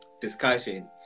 discussion